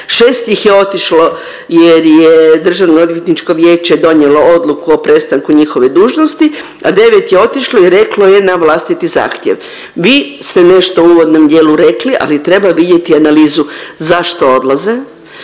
šest ih je otišlo jer je DOV donijelo odluku o prestanku njihove dužnosti, a devet je otišlo i reklo je na vlastiti zahtjev. Vi ste nešto u uvodnom dijelu rekli, ali treba vidjeti analizu zašto odlaze.